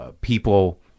people